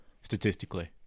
statistically